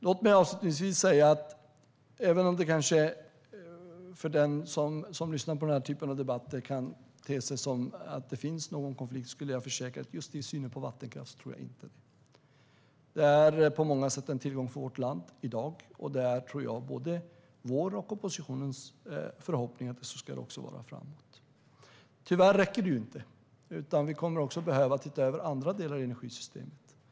Låt mig avslutningsvis säga att även om det för den som lyssnar på debatten kan te sig som att det finns en konflikt skulle jag vilja försäkra att just i synen på vattenkraft tror jag inte att det gör det. Vattenkraften är på många sätt en tillgång för vårt land i dag, och det är, tror jag, både vår och oppositionens förhoppning att det ska vara så också framöver. Men tyvärr räcker det inte, utan vi kommer också att behöva se över andra delar i energisystemet.